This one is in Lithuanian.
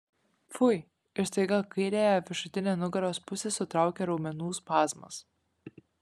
pfui ir staiga kairiąją viršutinę nugaros pusę sutraukė raumenų spazmas